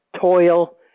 Toil